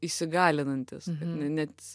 įsigalinantis kad ne net